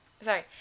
Sorry